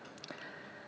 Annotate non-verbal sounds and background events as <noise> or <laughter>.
<breath>